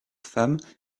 femmes